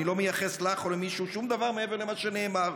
אני לא מייחס לך או למישהו שום דבר מעבר למה שנאמר,